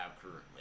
currently